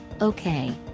Okay